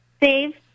Dave